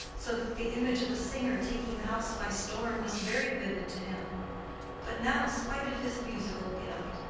so that the image of a singer taking the house by storm was very vivid to him but now, spite of his musical gift,